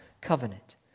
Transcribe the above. covenant